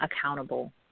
accountable